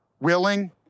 willing